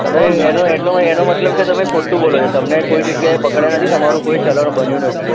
તમે એનો એનો મતલબ કે તમે ખોટું બોલો છો તમને કોઈ જગ્યાએ પકડ્યા નથી તમારું કોઈ ચલણ બન્યું નથી